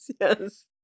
yes